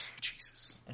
Jesus